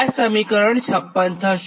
આ સમીકરણ 56 થશે